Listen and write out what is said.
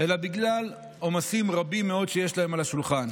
אלא בגלל עומסים רבים מאוד שיש להם על השולחן.